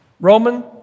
Roman